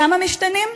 כמה משתנים?